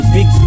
Big